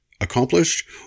accomplished